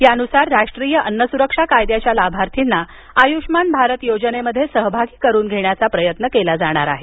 यानुसार राष्ट्रीय अन्न सुरक्षा कायद्याच्या लाभार्थींना आयुष्मान भारतयोजनेत सहभागी करून घेण्याचा प्रयत्न केला जाणार आहे